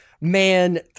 Man